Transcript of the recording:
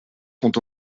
sont